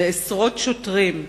ועשרות שוטרים,